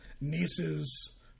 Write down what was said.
nieces